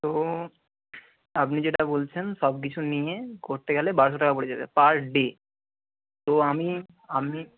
তো আপনি যেটা বলছেন সব কিছু নিয়ে করতে গেলে বারোশো টাকা পড়ে যাবে পার ডে তো আমি আমি